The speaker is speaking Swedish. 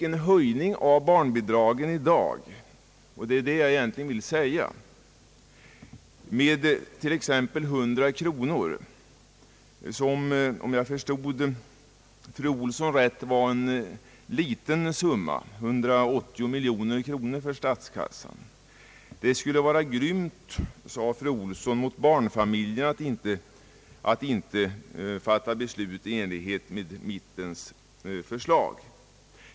En höjning av barnbidraget i dag — det är det jag egentligen vill säga — med t.ex. 100 kronor vore, om jag förstod fru Olsson rätt, en liten summa — 180 miljoner kronor — för statskassan. Det skulle vara grymt, sade hon också, mot barnfamiljerna att inte fatta beslut i enlighet med mittenpartiernas förslag.